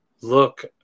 Look